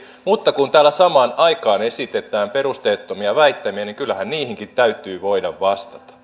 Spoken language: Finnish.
mutta kun täällä samaan aikaan esitetään perusteettomia väittämiä niin kyllähän niihinkin täytyy voida vastata